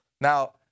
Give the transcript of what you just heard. Now